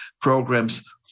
programs